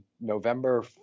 November